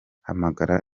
hamagara